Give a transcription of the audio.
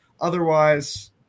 Otherwise